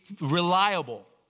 reliable